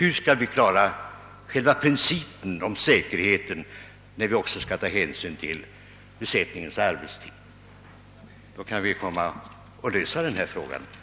Hur skall vi kunna uppfylla kravet på säkerhet, samtidigt som hänsyn också tas till besättningens arbetstid? När detta är klart kan vi kanske lösa denna fråga så småningom.